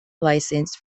licensed